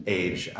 age